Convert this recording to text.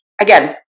again